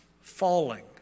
falling